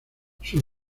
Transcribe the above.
sus